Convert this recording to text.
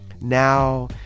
Now